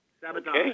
Sabotage